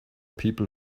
people